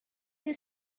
your